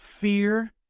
fear